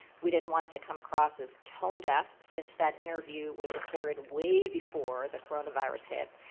we didn't want it to come across as tone deaf since that interview was recorded way before the coronavirus hit.